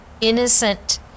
innocent